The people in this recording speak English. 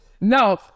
no